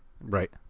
Right